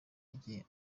igihe